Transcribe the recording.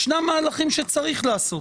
יש מהלכים שיש לעשות